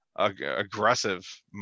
aggressive